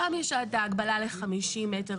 שם יש הגבלה ל-50 מ"ר.